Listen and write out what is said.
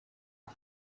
aho